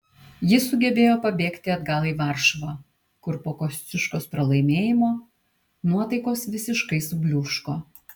jis sugebėjo pabėgti atgal į varšuvą kur po kosciuškos pralaimėjimo nuotaikos visiškai subliūško